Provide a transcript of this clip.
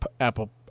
Apple